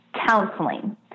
counseling